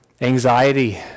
anxiety